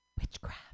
witchcraft